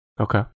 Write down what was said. Okay